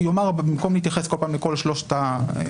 במקום להתייחס בכל פעם לכל שלוש החלופות,